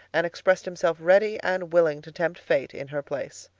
and expressed himself ready and willing to tempt fate in her place.